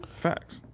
Facts